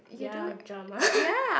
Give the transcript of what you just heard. ya drama